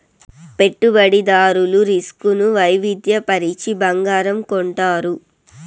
పెట్టుబడిదారులు రిస్క్ ను వైవిధ్య పరచి బంగారం కొంటారు